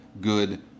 good